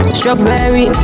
strawberry